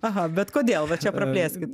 aha bet kodėl va čia praplėskit